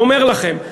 אומר לכם,